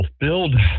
fulfilled